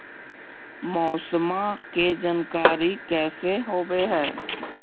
मौसमा के जानकारी कैसे होब है?